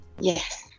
yes